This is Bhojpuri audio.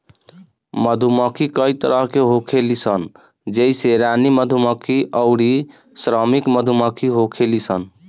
मधुमक्खी कई तरह के होखेली सन जइसे रानी मधुमक्खी अउरी श्रमिक मधुमक्खी होखेली सन